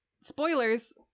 spoilers